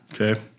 Okay